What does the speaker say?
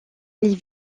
les